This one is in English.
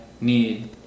need